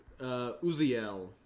Uziel